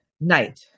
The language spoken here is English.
night